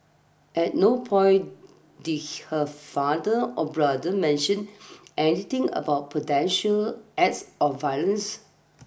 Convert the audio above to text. at no point did her father or brother mention anything about potential acts of violence